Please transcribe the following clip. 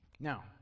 Now